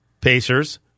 Pacers